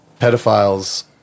pedophiles